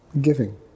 giving